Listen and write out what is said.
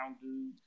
dude